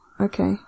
okay